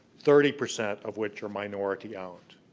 thirty percent of which are minority-owned.